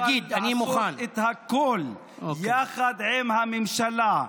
אני מוכן לעשות את הכול יחד עם הממשלה,